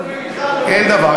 אין דבר.